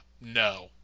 no